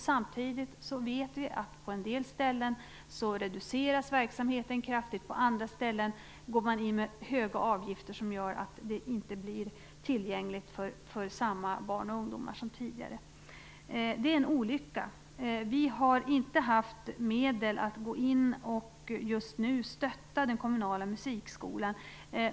Samtidigt vet vi att på en del ställen reduceras verksamheten kraftigt medan man på andra ställen går in med höga avgifter som gör att det inte blir tillgängligt för samma barn och ungdomar som tidigare. Det är en olycka. Vi har inte haft medel att nu gå in och stötta den kommunala musikskolan.